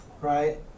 right